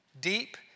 deep